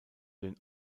den